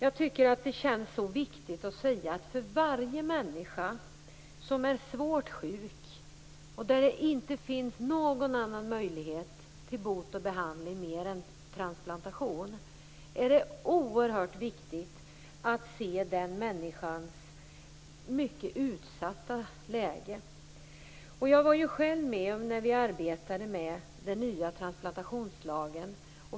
I varje fall där en människa är svårt sjuk och inte har någon annan möjlighet till bot och behandling än transplantation är det oerhört viktigt att se den människans mycket utsatta läge. Jag var själv med om att utarbeta den nya transplantationslagen.